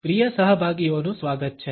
પ્રિય સહભાગીઓનું સ્વાગત છે